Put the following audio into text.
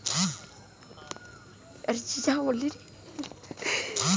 धान की सिंचाई की कितना बिदी होखेला?